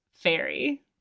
fairy